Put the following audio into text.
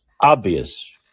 obvious